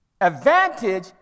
Advantage